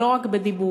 ולא רק בדיבורים.